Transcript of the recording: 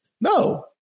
No